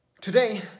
today